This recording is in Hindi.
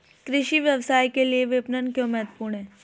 कृषि व्यवसाय के लिए विपणन क्यों महत्वपूर्ण है?